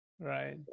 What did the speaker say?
Right